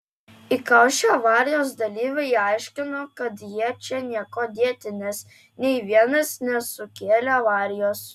įkaušę avarijos dalyviai aiškino kad jie čia niekuo dėti nes nei vienas nesukėlė avarijos